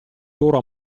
loro